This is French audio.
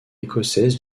écossaise